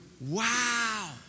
Wow